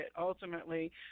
ultimately